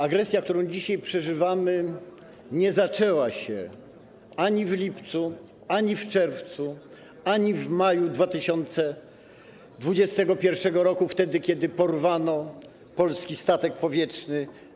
Agresja, którą dzisiaj przeżywamy, nie zaczęła się ani w lipcu, ani w czerwcu, ani w maju 2021 r., kiedy porwano polski statek powietrzny.